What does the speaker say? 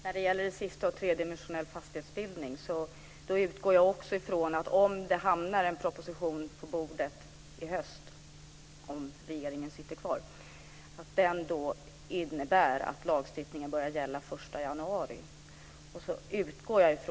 Fru talman! När det gäller tredimensionell fastighetsbildning utgår jag ifrån att om det hamnar en proposition på riksdagens bord i höst - om regeringen sitter kvar - innebär det att lagstiftningen börjar gälla från den 1 januari.